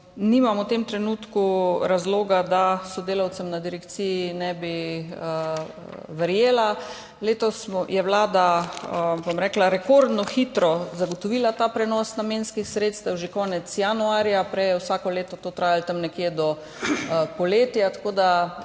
rekla, v tem trenutku nimam razloga, da sodelavcem na direkciji ne bi verjela. Letos je Vlada rekordno hitro zagotovila ta prenos namenskih sredstev že konec januarja, prej je vsako leto to trajalo tam nekje do poletja, tako da